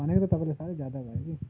भनेको त तपाईँले साह्रै ज्यादा भयो कि